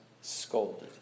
scolded